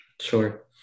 Sure